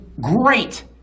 great